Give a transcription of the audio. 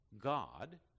God